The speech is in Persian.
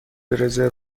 رزرو